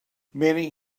many